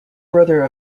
brother